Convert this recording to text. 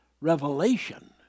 revelation